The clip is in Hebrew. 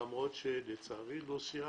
למרות שלצערי לא סיימנו.